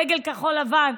דגל כחול לבן.